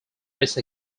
race